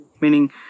Meaning